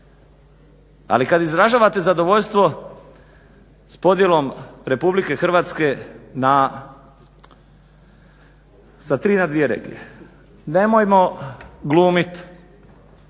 Ali kad izražavate zadovoljstvo s podjelom Republike Hrvatske sa tri na dvije regije. Nemojmo glumit,